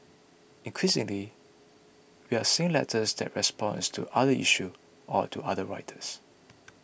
increasingly we are seeing letters that response to other issue or to other writers